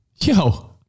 yo